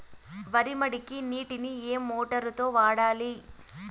వరి మడికి నీటిని ఏ మోటారు తో వాడాలి?